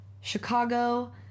Chicago